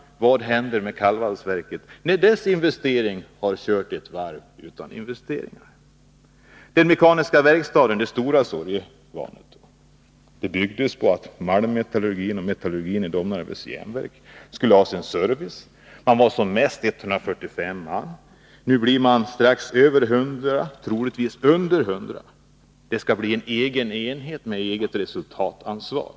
Vad händer med kallvalsverket när man har kört ytterligare ett varv utan nya investeringar? Den mekaniska verkstaden, det stora sorgebarnet, byggdes för att tillgodose behovet av service för malmmetallurgin och metallurgin i Domnarvets järnverk. Som mest arbetade 145 man där. Nu blir det omkring 100, troligtvis under 100. Den mekaniska verkstaden skall bli en egen enhet med eget resultatansvar.